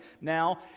now